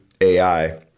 AI